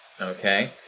okay